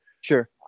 sure